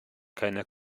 keiner